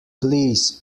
please